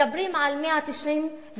מדברים על 194 תלונות